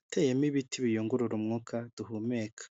ateyemo ibiti biyungurura umwuka duhumeka.